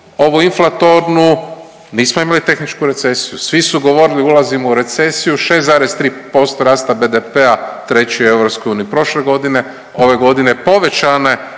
ovu inflatornu, nismo imali tehničku recesiju, svi su govorili ulazimo u recesiju, 6,3% rasta BDP-a treći u EU prošle godine, ove godine povećane